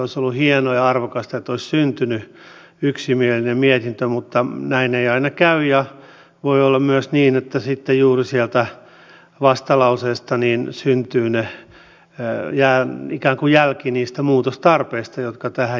olisi ollut hienoa ja arvokasta että olisi syntynyt yksimielinen mietintö mutta näin ei aina käy ja voi olla myös niin että sitten juuri sieltä vastalauseista jää ikään kuin jälki niistä muutostarpeista jotka tähän jäävät